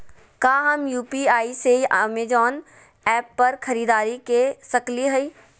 का हम यू.पी.आई से अमेजन ऐप पर खरीदारी के सकली हई?